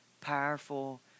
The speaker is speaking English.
powerful